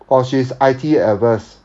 or she's I_T averse